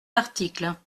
article